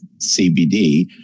CBD